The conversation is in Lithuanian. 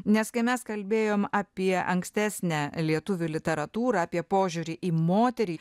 nes kai mes kalbėjom apie ankstesnę lietuvių literatūrą apie požiūrį į moterį